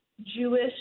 Jewish